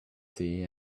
see